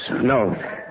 No